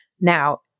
Now